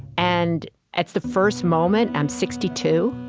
and it's the first moment i'm sixty two,